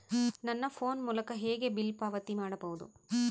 ನನ್ನ ಫೋನ್ ಮೂಲಕ ಹೇಗೆ ಬಿಲ್ ಪಾವತಿ ಮಾಡಬಹುದು?